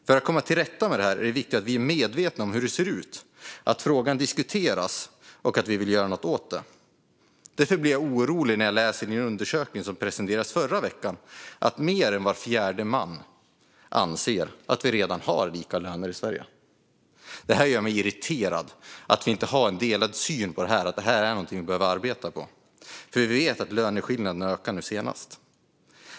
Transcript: För att komma till rätta med det här är det viktigt att vi är medvetna om hur det ser ut, att frågan diskuteras och att vi vill göra något åt det. Därför blir jag orolig när jag läser i en undersökning som presenterades i förra veckan att mer än var fjärde man anser att vi redan har lika löner i Sverige. Det gör mig irriterad att vi inte har en samsyn på att detta är någonting vi behöver arbeta på. Vi vet ju att löneskillnaderna ökade nu senast.